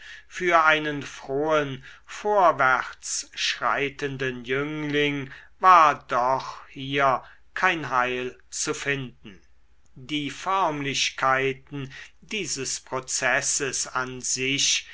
für einen frohen vorwärts schreitenden jüngling war doch hier kein heil zu finden die förmlichkeiten dieses prozesses an sich